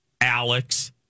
Alex